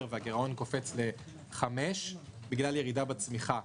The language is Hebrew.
והגירעון קופץ ל-5% בגלל ירידה בצמיחה.